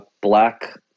black